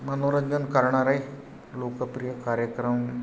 मनोरंजन करणारे लोकप्रिय कार्यक्रम